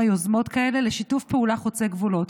יוזמות כאלה לשיתוף פעולה חוצה גבולות,